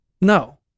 No